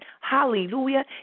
hallelujah